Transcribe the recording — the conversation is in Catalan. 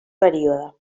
període